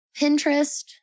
Pinterest